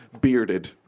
bearded